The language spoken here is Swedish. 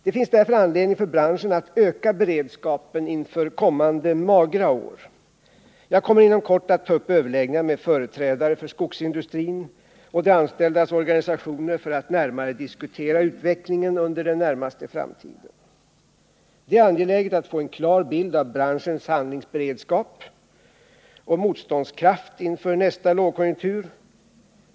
Det finns därför anledning för branschen att öka beredskapen inför kommande magra år. Jag kommer inom kort att ta upp överläggningar med företrädare för skogsindustrin och de anställdas organisationer för att närmare diskutera utvecklingen under den närmaste framtiden. Det är angeläget att få en klar bild av branschens handlingsberedskap och motståndskraft inför nästa lågkonjunktur.